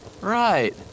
Right